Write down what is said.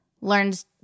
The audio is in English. learns